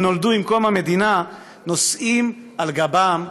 שנולדו עם קום המדינה / נושאים על גבם,